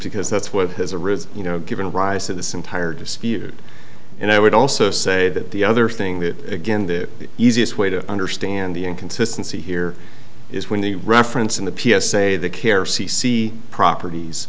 because that's what has arisen you know given rise to this entire dispute and i would also say that the other thing that again the easiest way to understand the inconsistency here is when the reference in the p s a the care c c properties